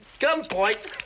Gunpoint